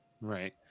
Right